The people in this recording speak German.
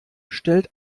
stellt